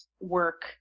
work